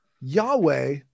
yahweh